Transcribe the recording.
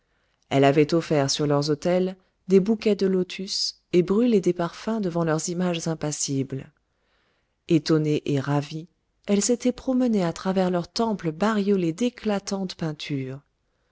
elle avait offert sur leurs autels des bouquets de lotus et brûlé des parfums devant leurs images impassibles étonnée et ravie elle s'était promenée à travers leurs temples bariolés d'éclatantes peintures